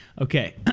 Okay